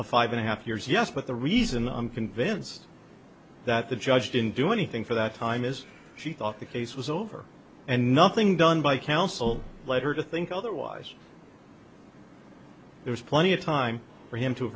a five and a half years yes but the reason i'm convinced that the judge didn't do anything for that time is she thought the case was over and nothing done by counsel led her to think otherwise there's plenty of time for him to